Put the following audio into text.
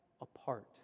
apart